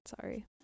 Sorry